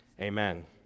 amen